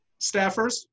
staffers